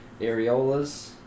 Areolas